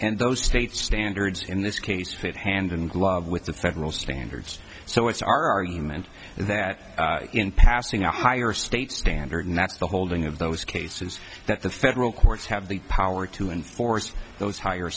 and those state standards in this case fit hand in glove with the federal standards so it's are you meant that in passing a higher state standard that's the holding of those cases that the federal courts have the power to enforce those higher